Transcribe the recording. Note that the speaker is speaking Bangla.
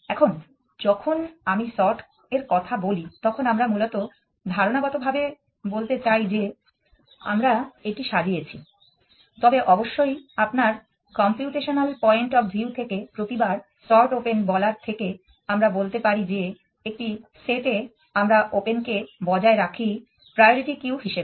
এখন যখন আমি সর্ট এর কথা বলি তখন আমরা মূলত ধারণাগতভাবে বলতে চাই যে আমরা এটি সাজিয়েছি তবে অবশ্যই আপনার কম্পিউটেসনাল পয়েন্ট অফ ভিউ থেকে প্রতিবার সর্ট ওপেন বলার থেকে আমরা বলতে পারি যে একটি সেট এ আমরা ওপেন কে বজায় রাখি প্রায়োরিটি কিউ হিসেবে